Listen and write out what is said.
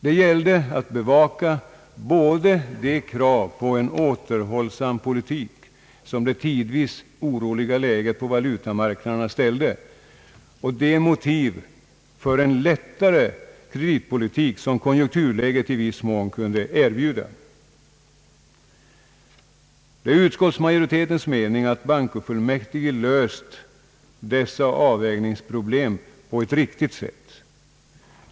Det gällde att bevaka både de krav på en återhållsam politik som det tidvis oroliga läget på valutamarknaderna ställde och de motiv för en lättare kreditpolitik som konjunkturläget i viss mån kunde erbjuda. Det är utskottsmajoritetens mening att bankofullmäktige löst dessa avvägningsproblem på ett riktigt sätt.